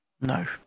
no